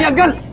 yeah go